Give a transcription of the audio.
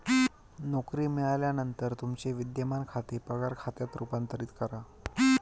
नोकरी मिळाल्यानंतर तुमचे विद्यमान खाते पगार खात्यात रूपांतरित करा